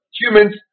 humans